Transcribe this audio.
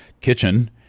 kitchen